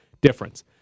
difference